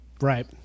Right